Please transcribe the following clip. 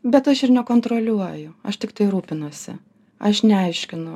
bet aš ir nekontroliuoju aš tiktai rūpinuosi aš neaiškinu